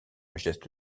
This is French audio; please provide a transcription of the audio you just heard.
geste